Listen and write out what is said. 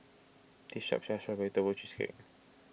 this shop sells Strawberry Tofu Cheesecake